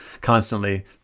constantly